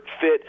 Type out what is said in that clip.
fit